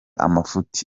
amafuti